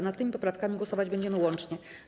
Nad tymi poprawkami głosować będziemy łącznie.